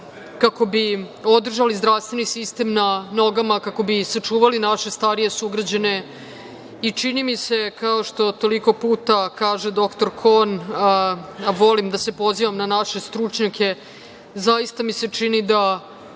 kako bi održali zdravstveni sistem na nogama, kako bi sačuvali naše starije sugrađane i čini mi se, kao što toliko puta kaže dr Kon, a volim da se pozivam na naše stručnjake, zaista mi se čini da